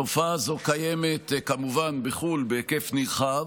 התופעה הזאת קיימת כמובן בחו"ל בהיקף נרחב,